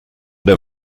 der